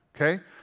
Okay